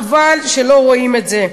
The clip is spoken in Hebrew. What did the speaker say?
חבל שלא רואים את זה.